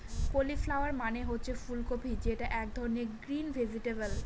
cauliflower মানে হচ্ছে ফুল কপি যেটা এক ধরনের গ্রিন ভেজিটেবল